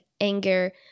anger